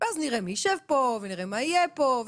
ואז נראה מי יישב פה ונראה מה יהיה פה.